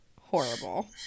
horrible